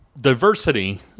diversity